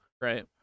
right